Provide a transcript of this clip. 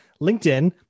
LinkedIn